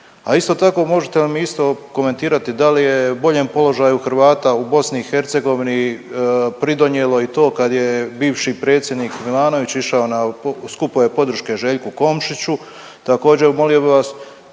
A isto tako možete li nam isto komentirati da li je boljem položaju Hrvata u BiH pridonijelo i to kad je bivši predsjednik Milanović išao na skupove podrške Željku Komšiću?